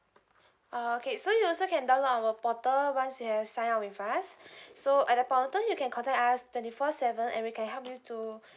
uh okay so you also can download our portal once you have sign up with us so at the portal you can contact us twenty four seven and we can help you to